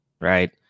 Right